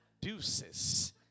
Deuces